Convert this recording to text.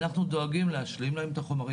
אנחנו דואגים להשלים להם את החומרים.